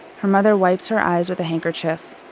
her mother wipes her eyes with a handkerchief.